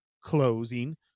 closing